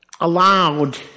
Allowed